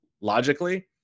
logically